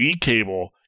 cable